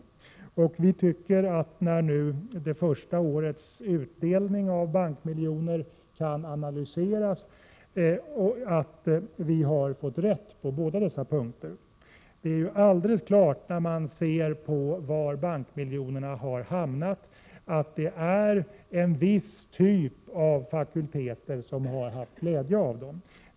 Nu kan det första årets utdelning av bankmiljoner analyseras, och vi tycker då att vi har fått rätt på båda dessa punkter. När man ser på var bankmiljonerna har hamnat, framgår det helt klart att det är en viss typ av fakulteter som har haft glädje av dem.